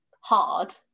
hard